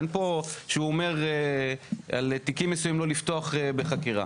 אין פה שהוא אומר על תיקים מסוימים לא לפתוח בחקירה.